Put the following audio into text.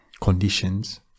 conditions